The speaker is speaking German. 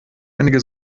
einige